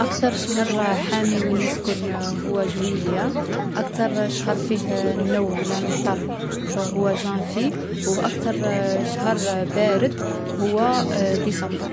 اكتر شهر حامي وين نسكن هو جويلية. أكثر شهر فيه النو و لا المطر هو جانفي. واكتر شهر بارد هو ديسمبر.